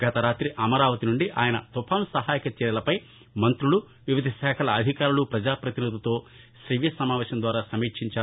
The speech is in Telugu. గతరాతి అమరావతి నుండి ఆయన తుపాను సహాయక చర్యలపై మంత్రులు వివిధ శాఖల అధికారులు పజాపతినిధులతో శవ్య సమావేశం ద్వారా సమీక్షించారు